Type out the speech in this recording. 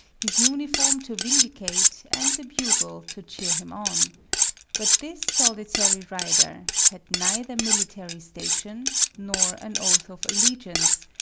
his uniform to vindicate, and the bugle to cheer him on but this solitary rider had neither military station, nor an oath of allegiance,